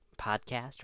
podcast